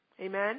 Amen